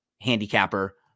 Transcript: Handicapper